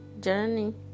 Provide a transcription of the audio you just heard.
journey